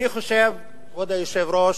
אני חושב, כבוד היושב-ראש,